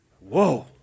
whoa